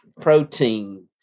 protein